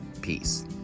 Peace